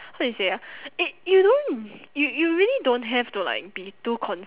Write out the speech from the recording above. how do you say ah it you don't you you really don't have to like be too con~